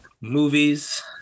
movies